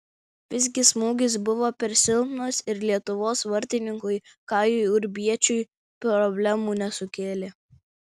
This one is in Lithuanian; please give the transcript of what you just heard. visgi smūgis buvo per silpnas ir lietuvos vartininkui kajui urbiečiui problemų nesukėlė